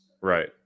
Right